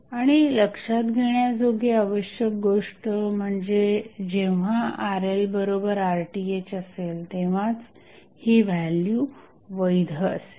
आणि लक्षात घेण्याजोगी आवश्यक गोष्ट म्हणजे जेव्हा RLRThअसेल तेव्हाच ही व्हॅल्यू वैध असेल